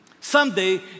someday